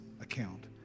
account